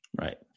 Right